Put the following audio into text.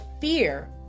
fear